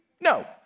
No